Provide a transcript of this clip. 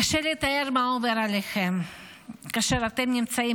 קשה לתאר מה עובר עליכם כאשר אתם נמצאים